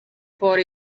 for